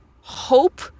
hope